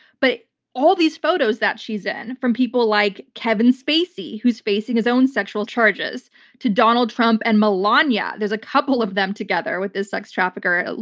but all these photos that she's in from people like kevin spacey-who's facing his own sexual charges-to donald trump and melania. there's a couple of them together with this sex trafficker,